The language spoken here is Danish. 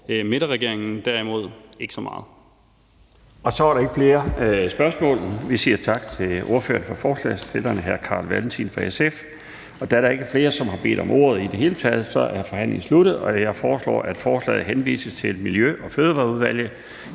22:10 Den fg. formand (Bjarne Laustsen): Så er der ikke flere spørgsmål. Vi siger tak til ordføreren for forslagsstillerne, hr. Carl Valentin fra SF. Da der ikke er flere, som har bedt om ordet i det hele taget, er forhandlingen sluttet. Jeg foreslår, at forslaget til folketingsbeslutning til Miljø- og Fødevareudvalget.